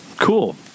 cool